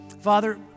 Father